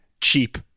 cheap